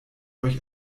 euch